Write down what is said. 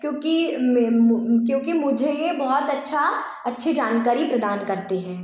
क्योंकि क्योंकि क्योंकि मुझे यह बहुत अच्छा अच्छी जानकारी प्रदान करते हैं